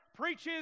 preaches